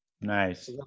Nice